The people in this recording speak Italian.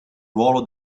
ruolo